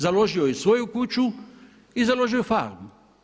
Založio je i svoju kuću i založio je farmu.